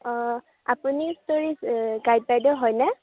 অ' আপুনি গাইড বাইদ' হয়নে